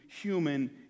human